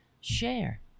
share